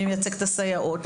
מי מייצג את הסייעות,